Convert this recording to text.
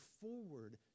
forward